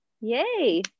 Yay